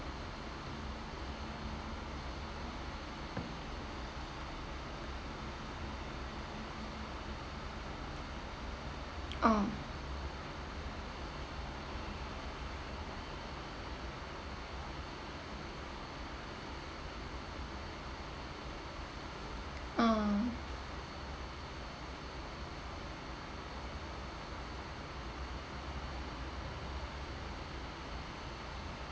oh ah